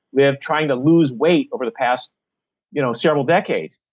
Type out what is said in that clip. lived trying to lose weight over the past you know several decades.